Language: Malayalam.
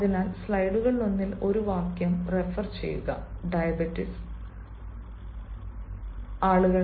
അതിനാൽ സ്ലൈഡുകളിലൊന്നിൽ ഒരു വാക്യം റഫർ ചെയ്യുക "ഡയബറ്റിക്സ്"